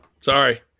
Sorry